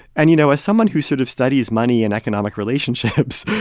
and, you know, as someone who sort of studies money and economic relationships,